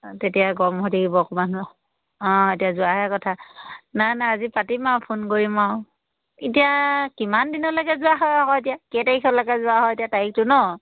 অঁ তেতিয়া গৰম হৈ থাকিব অকণমান অঁ এতিয়া যোৱাৰহে কথা নাই নাই আজি পাতিম আৰু ফোন কৰিম আৰু এতিয়া কিমান দিনলৈকে যোৱা হয় আকৌ এতিয়া কেই তাৰিখলৈকে যোৱা হয় এতিয়া তাৰিখটো নহ্